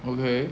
okay